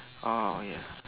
orh ya